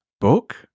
Book